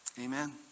Amen